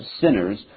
sinners